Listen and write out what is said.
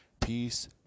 Peace